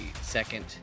second